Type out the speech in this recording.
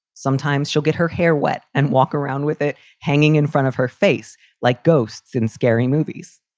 sometimes she'll get her hair wet and walk around with it hanging in front of her face like ghosts in scary movies.